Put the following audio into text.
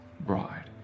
bride